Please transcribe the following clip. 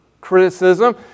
criticism